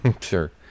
Sure